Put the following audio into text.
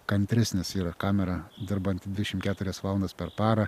kantresnis yra kamera dirbanti dvidešim keturias valandas per parą